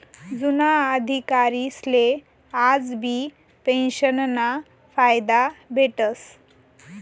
जुना अधिकारीसले आजबी पेंशनना फायदा भेटस